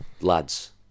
lads